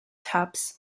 tabs